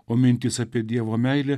o mintys apie dievo meilę